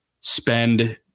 spend –